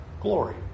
glory